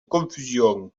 confusion